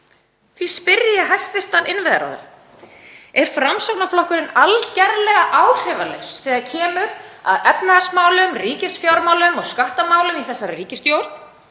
Því spyr ég hæstv. innviðaráðherra: Er Framsóknarflokkurinn algjörlega áhrifalaus þegar kemur að efnahagsmálum, ríkisfjármálum og skattamálum í þessari ríkisstjórn?